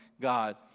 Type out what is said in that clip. God